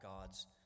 God's